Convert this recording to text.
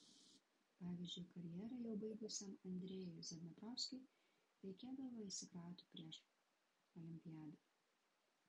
pavyzdžiui karjerą jau baigusiam andrejui zadneprovskiui reikėdavo įsikrauti prieš olimpiadą